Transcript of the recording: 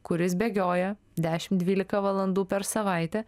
kuris bėgioja dešim dvylika valandų per savaitę